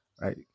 right